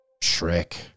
Shrek